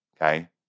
okay